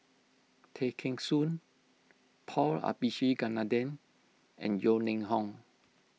Tay Kheng Soon Paul Abisheganaden and Yeo Ning Hong